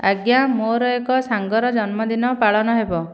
ଆଜ୍ଞା ମୋର ଏକ ସାଙ୍ଗର ଜନ୍ମଦିନ ପାଳନ ହେବ